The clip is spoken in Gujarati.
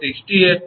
તેથી 𝑇𝑚𝑎𝑥 1